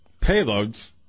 Payloads